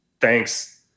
Thanks